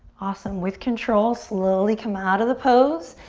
awesome, with control slowly come out of the pose.